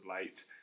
late